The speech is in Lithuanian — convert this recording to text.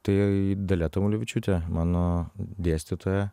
tai dalia tamulevičiūtė mano dėstytoja